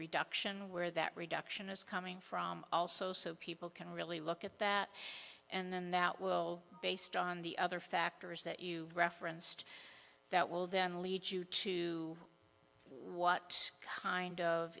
reduction where that reduction is coming from also so people can really look at that and then that will based on the other factors that you referenced that will then lead you to what kind of